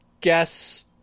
guess